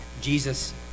Jesus